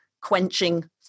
quenching